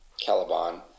Caliban